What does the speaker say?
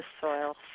soil